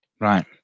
Right